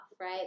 right